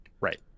Right